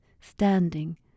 standing